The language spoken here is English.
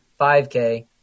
5K